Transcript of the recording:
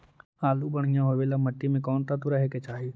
आलु बढ़िया होबे ल मट्टी में कोन तत्त्व रहे के चाही?